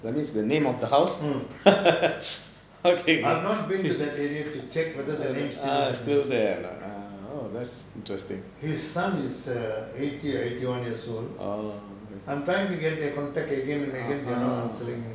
mm I've not been to that area to check whether the name still there his son is err eighty or eighty one years old I'm trying to get their contact again and again they are not answering me